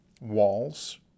walls